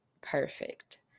perfect